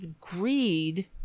greed